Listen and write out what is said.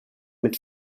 mit